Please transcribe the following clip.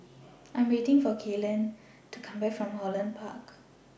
I Am waiting For Kaylan to Come Back from Holland Park